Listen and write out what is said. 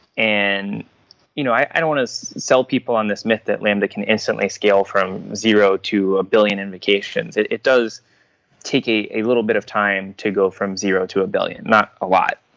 and you know i don't want to sell people on this myth that lambda can instantly scale from zero to a billion indications. it it does take a a little bit of time to go from zero to a billion. not a lot.